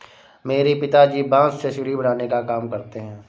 मेरे पिताजी बांस से सीढ़ी बनाने का काम करते हैं